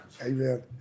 Amen